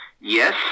Yes